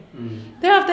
mm